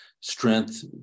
strength